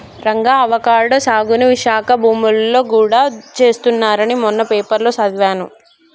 Ranga avocado సాగుని విశాఖ భూములలో గూడా చేస్తున్నారని మొన్న పేపర్లో సదివాను